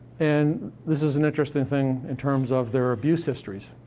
and this is an interesting thing, in terms of their abuse histories.